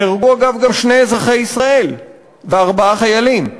נהרגו, אגב, גם שני אזרחי ישראל וארבעה חיילים.